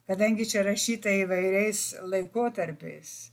kadangi čia rašyta įvairiais laikotarpiais